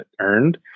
earned